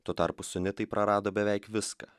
tuo tarpu sunitai prarado beveik viską